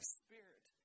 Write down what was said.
spirit